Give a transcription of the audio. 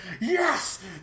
yes